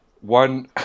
One